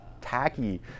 tacky